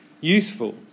Useful